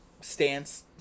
stance